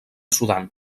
sudan